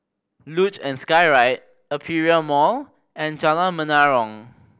Luge and Skyride Aperia Mall and Jalan Menarong